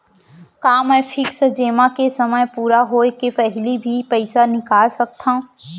का मैं फिक्स जेमा के समय पूरा होय के पहिली भी पइसा निकाल सकथव?